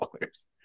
dollars